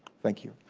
thank you.